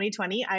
2020